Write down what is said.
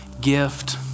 gift